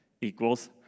equals